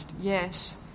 yes